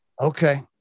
Okay